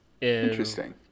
Interesting